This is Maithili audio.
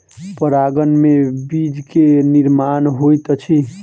परागन में बीज के निर्माण होइत अछि